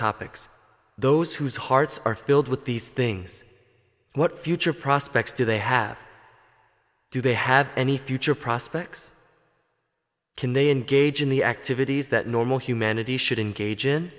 topics those whose hearts are filled with these things what future prospects do they have do they have any future prospects can they engage in the activities that normal humanity should engage in